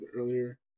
earlier